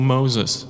Moses